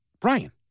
Brian